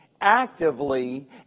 actively